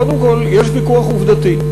קודם כול, יש ויכוח עובדתי.